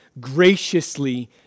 graciously